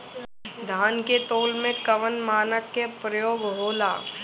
धान के तौल में कवन मानक के प्रयोग हो ला?